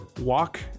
walk